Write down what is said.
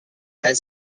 had